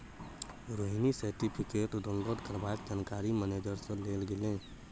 Rohini certificate download करबाक जानकारी manager सँ लेल गेलै